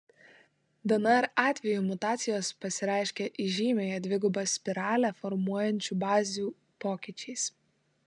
dnr atveju mutacijos pasireiškia įžymiąją dvigubą spiralę formuojančių bazių pokyčiais